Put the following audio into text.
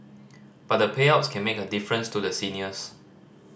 but the payouts can make a difference to the seniors